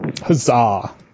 Huzzah